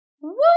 Woo